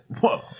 Whoa